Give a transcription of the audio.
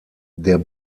der